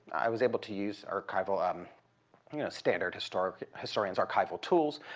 i was able to use archival um you know, standard historian's historian's archival tools.